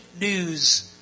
news